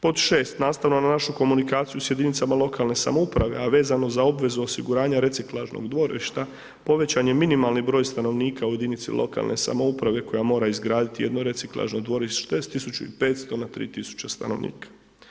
Pod šest, nastavno na našu komunikaciju sa jedinicama lokalne samouprave a vezano za obvezu osiguranja reciklažnog dvorišta povećan je minimalni broj stanovnika u jedinici lokalne samouprave koja mora izgraditi jedno reciklažno dvorište s 1500 na 3000 stanovnika.